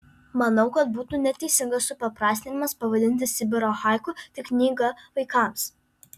manau kad būtų neteisingas supaprastinimas pavadinti sibiro haiku tik knyga vaikams